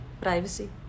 Privacy